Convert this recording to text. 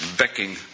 backing